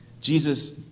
Jesus